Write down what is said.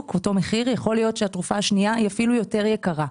אותו מחיר יכול להיות שהתרופה השנייה היא אפילו יותר יקרה,